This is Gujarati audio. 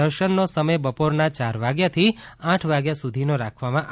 દર્શનનો સમય બપોરના ચાર વાગ્યાથી આઠ વાગ્યા સુધીનો રાખવામાં આવ્યો છે